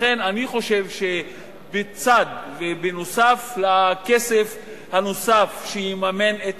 לכן אני חושב שנוסף על הכסף שיממן את